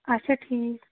اچھا ٹھیٖک